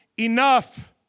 Enough